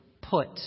put